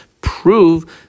prove